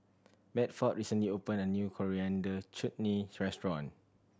Bedford recently opened a new Coriander Chutney restaurant